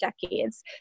decades